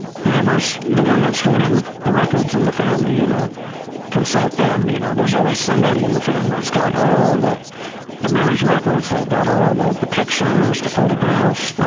whoever's the one that's holding the records in the family, you know consult them. you know there's always somebody in the family that's got all the the marriage records, they've got all the the pictures, the photographs,